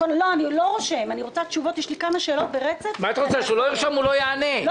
יש לי כמה שאלות ברצף, אני רוצה את התשובה לזה.